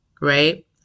right